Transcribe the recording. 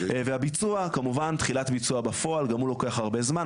והביצוע כמובן תחילת ביצוע בפועל גם הוא לוקח הרבה זמן,